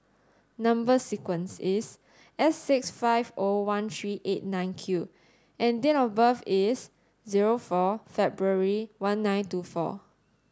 number sequence is S six five O one three eight nine Q and date of birth is zero four February one nine two four